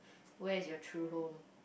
where is your true home